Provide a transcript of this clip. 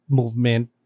movement